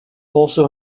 also